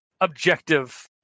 objective